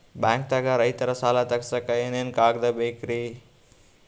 ಬ್ಯಾಂಕ್ದಾಗ ರೈತರ ಸಾಲ ತಗ್ಸಕ್ಕೆ ಏನೇನ್ ಕಾಗ್ದ ಬೇಕ್ರಿ?